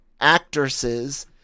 actresses